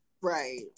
Right